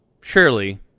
Surely